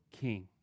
king